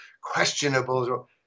questionable